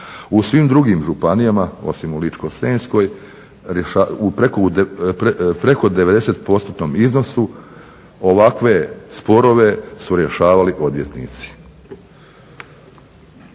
U svim drugim županijama osim u Ličko-senjskoj preko devedeset postotnom iznosu ovakve sporove su rješavali odvjetnici.